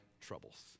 troubles